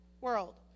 world